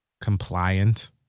compliant